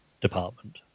department